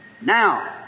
Now